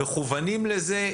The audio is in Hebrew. מכוונים לזה,